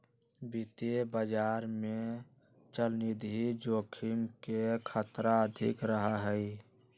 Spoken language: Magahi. वित्तीय बाजार में चलनिधि जोखिम के खतरा अधिक रहा हई